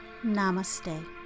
Namaste